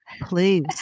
Please